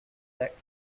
detect